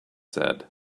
said